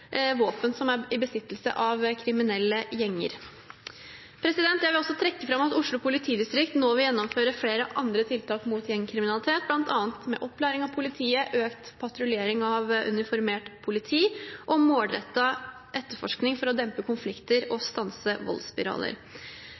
våpen som kriminelle gjenger har i besittelse. Jeg vil også trekke fram at Oslo politidistrikt nå vil gjennomføre flere andre tiltak mot gjengkriminalitet, bl.a. med opplæring av politiet, økt patruljering av uniformert politi og målrettet etterforsking for å dempe konflikter og stanse voldsspiraler.